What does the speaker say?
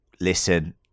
listen